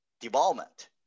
development